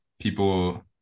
people